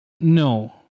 No